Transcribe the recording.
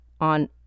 on